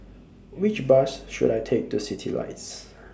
Which Bus should I Take to Citylights